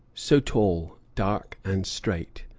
so tall, dark, and straight,